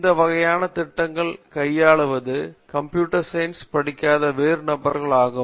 இந்த வகையான திட்டங்களை கையாளவது கம்ப்யூட்டர் சயின்ஸ் படிக்காத வேறு நபர்கள் ஆகும்